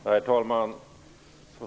Herr talman!